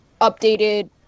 updated